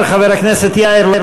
חברי הכנסת אלי ישי,